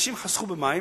אנשים חסכו במים,